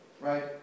right